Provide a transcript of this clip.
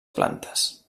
plantes